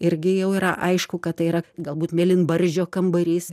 irgi jau yra aišku kad tai yra galbūt mėlynbarzdžio kambarys